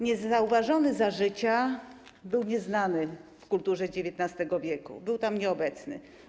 Niezauważony za życia, był nieznany w kulturze XIX w., był tam nieobecny.